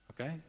Okay